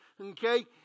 okay